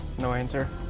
no answer.